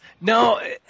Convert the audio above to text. No